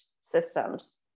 systems